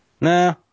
Nah